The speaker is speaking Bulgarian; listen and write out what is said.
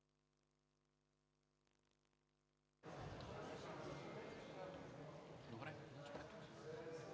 добре.